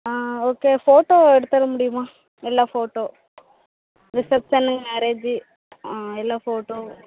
okay photo எடுத்து தர முடியுமா எல்லா ஃபோட்டோ ரிசப்ஷன் மேரேஜு ஆ எல்லா ஃபோட்டோவும்